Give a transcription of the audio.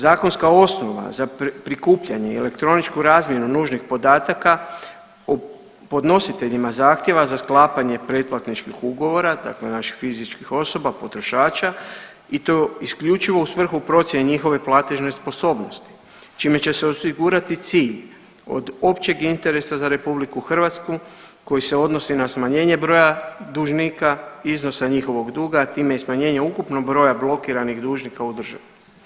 Zakonska osnova za prikupljanje i elektroničku razmjenu nužnih podataka podnositeljima zahtjeva za sklapanje pretplatničkih ugovora, dakle naših fizičkih osoba potrošača i to isključivo u svrhu procjene njihove platežne sposobnosti čime će se osigurati cilj od općeg interesa za RH koji se odnosi na smanjene broja dužnika, iznosa njihovog duga, a time i smanjenja ukupno broja blokiranih dužnika u državi.